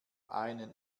einen